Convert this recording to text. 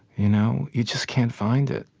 you know you just can't find it.